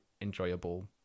enjoyable